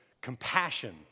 compassion